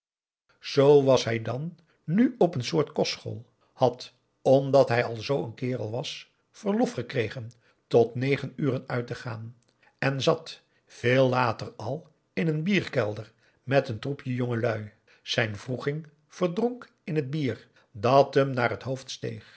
was hij dan nu op een soort kostschool had omdat hij al zoo'n kerel was verlof gekregen tot negen uren uit te gaan en zat veel later al in n bierkelder met n troepje jongelui zijn wroeging verdronk in het bier dat hem naar het hoofd steeg